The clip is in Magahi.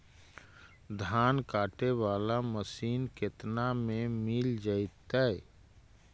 धान काटे वाला मशीन केतना में मिल जैतै?